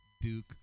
Duke